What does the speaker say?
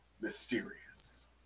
mysterious